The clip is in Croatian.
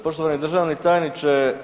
Poštovani državni tajniče.